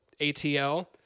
ATL